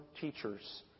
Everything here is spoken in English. teachers